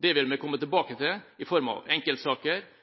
Det vil vi komme